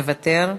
מוותר.